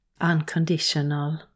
unconditional